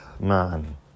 Man